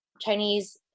Chinese